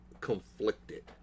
conflicted